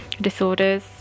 disorders